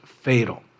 fatal